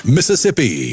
Mississippi